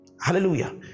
Hallelujah